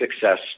success